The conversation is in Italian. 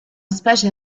specie